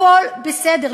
הכול בסדר,